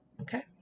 okay